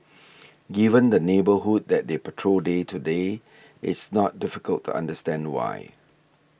given the neighbourhood that they patrol day to day it's not difficult to understand why